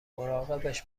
مراقبش